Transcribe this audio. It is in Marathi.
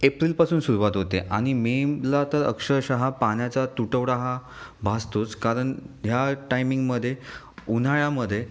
एप्रिलपासून सुरुवात होते आणि मेला तर अक्षरशः पाण्याचा तुटवडा हा भासतोच कारण ह्या टायमिंगमध्ये उन्हाळ्यामध्ये